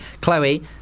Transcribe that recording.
Chloe